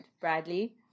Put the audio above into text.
Bradley